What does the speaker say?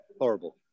horrible